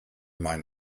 mein